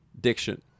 diction